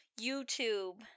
YouTube